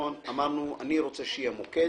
אמרנו, אני רוצה שיהיה מוקד